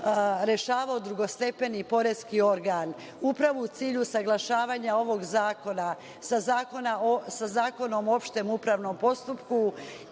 rešavao drugostepeni poreski organ. Upravo u cilju usaglašavanja ovog zakona sa Zakonom o opštem upravnom postupku,